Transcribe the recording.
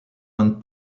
end